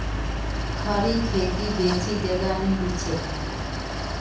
खड़ी खेती बेसी जगह नी लिछेक